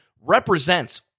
represents